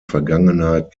vergangenheit